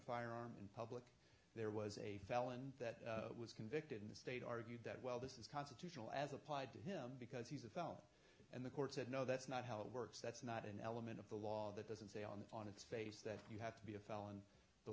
firearm in pubs there was a felon that was convicted in the state argued that well this is constitutional as applied to him because he's a felon and the court said no that's not how it works that's not an element of the law that doesn't say on the on its face that you have to be a felon the